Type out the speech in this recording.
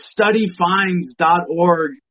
studyfinds.org